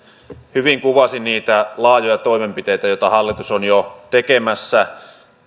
hyvin kuvasi niitä laajoja toimenpiteitä joita hallitus on jo tekemässä